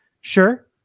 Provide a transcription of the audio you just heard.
Sure